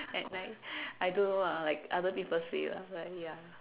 at night I don't know lah like other people say lah like ya